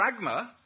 pragma